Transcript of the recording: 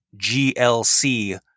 GLC